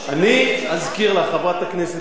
אני אזכיר לחברת הכנסת תירוש,